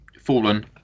fallen